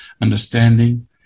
understanding